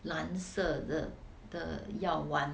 蓝色的的的药丸